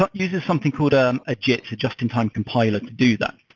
but uses something called ah a jit, just-in time compiler, to do that.